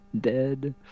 Dead